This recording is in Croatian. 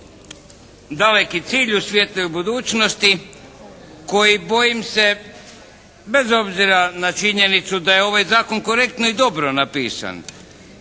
daleki cilj u svijetloj budućnosti koji bojim se bez obzira na činjenicu da je ovaj Zakon korektno i dobro napisan